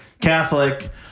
Catholic